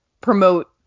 promote